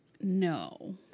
No